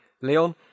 Leon